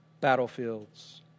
battlefields